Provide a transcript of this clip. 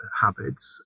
habits